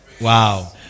Wow